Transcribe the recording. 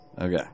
okay